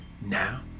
Now